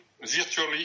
virtually